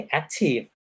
active